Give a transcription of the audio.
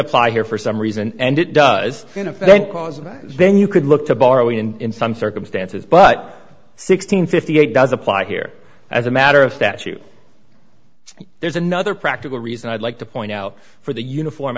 apply here for some reason and it does cause then you could look to borrow even in some circumstances but sixteen fifty eight does apply here as a matter of statute and there's another practical reason i'd like to point out for the uniform